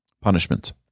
punishment